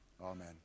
amen